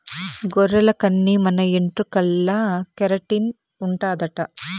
గొర్రెల కన్ని మన ఎంట్రుకల్ల కెరటిన్ ఉండాదట